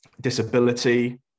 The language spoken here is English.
disability